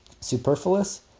superfluous